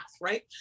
right